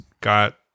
got